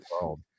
world